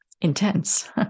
intense